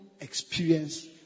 experience